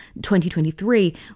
2023